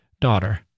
daughter